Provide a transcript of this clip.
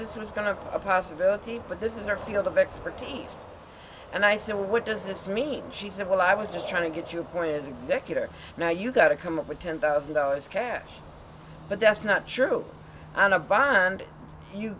this was going to a possibility but this is her field of expertise and i said what does this mean she said well i was just trying to get your point is executor now you got to come up with ten thousand dollars cash but that's not true on a bond you